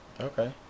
okay